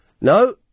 No